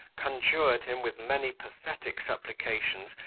conjured him, with many pathetic supplications,